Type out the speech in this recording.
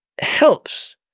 helps